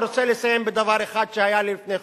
רוצה לסיים בדבר אחד שהיה לפני חודשיים: